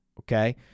okay